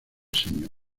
señor